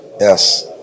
Yes